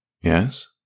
yes